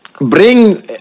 bring